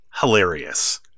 hilarious